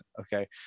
Okay